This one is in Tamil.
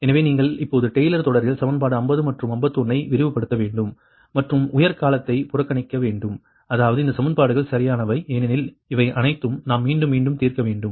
எனவே நீங்கள் இப்போது டெய்லர் தொடரில் சமன்பாடு 50 மற்றும் 51 ஐ விரிவுபடுத்த வேண்டும் மற்றும் உயர் காலத்தை புறக்கணிக்க வேண்டும் அதாவது இந்த சமன்பாடுகள் சரியானவை ஏனெனில் இவை அனைத்தும் நாம் மீண்டும் மீண்டும் தீர்க்க வேண்டும்